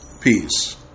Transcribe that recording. Peace